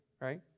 right